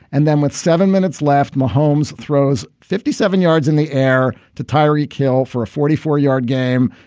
and then with seven minutes left, mahomes throws fifty seven yards in the air to tyree, kill for a forty four yard game.